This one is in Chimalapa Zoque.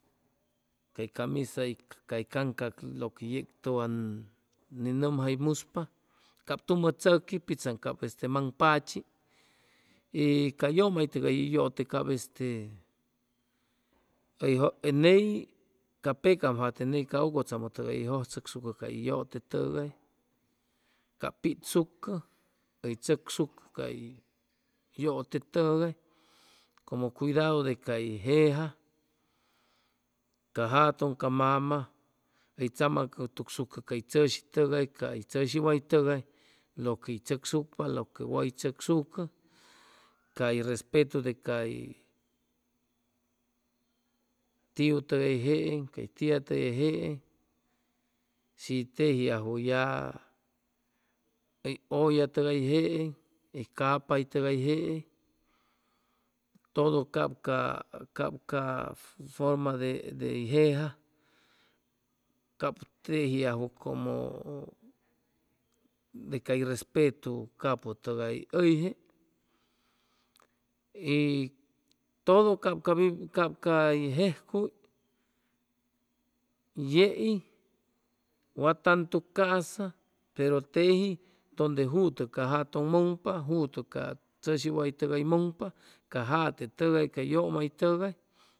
Cay camisa cay caŋca yeg tʉwan nen nʉmjaymuspa cap tumʉ tzʉqui pitzaŋ cap maŋ pachi y ca yʉmaytʉgay yʉte cap este ca pecam jate ney ca ʉcʉtzamʉ tʉgay hʉy jʉjchʉcsucʉ cay yʉte tʉgay cap pitsucʉ hʉy chʉcsucʉ cay yʉte tʉgay como cuidadu de cay jeja ca jatʉŋ, ca mama hʉy tzamacʉtucsucʉ cay tzʉshi tʉgay ca hʉy chʉshi way tʉgay lo que hʉy chʉcsucpa lo que way chʉcsucʉ cay respetu de cay tiu tʉgay jeeŋ, cay tia tʉgay jeeŋ, shi tejiajwʉ ya hʉy ʉllatʉgay jeeŋ, hʉy capay tʉgay, jeeŋ todo cap ca ca forma de dey jeja cap tejiajwʉ como de cay respetu capʉ tʉgay ʉyje y todo cap jejcuy yei wa tantu ca'sa pero teji donde jutʉ ca jatʉŋ mʉŋpa, jutʉ ca chʉshi way tʉgay mʉŋpa ca jate tʉgay, ca yʉmay tʉgay